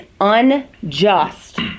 unjust